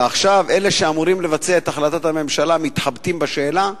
ועכשיו אלה שאמורים לבצע את החלטת הממשלה מתחבטים בשאלה?